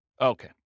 Okay